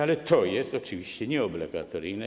Ale to jest oczywiście nieobligatoryjne.